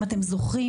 אם אתם זוכרים,